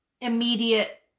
immediate